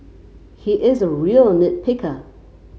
he is a real nit picker